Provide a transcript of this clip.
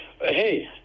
Hey